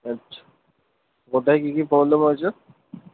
আচ্ছা কোথায় কি কি প্রব্লেম হয়েছে